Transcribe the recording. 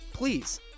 please